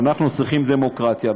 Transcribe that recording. אנחנו צריכים דמוקרטיה,